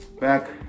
back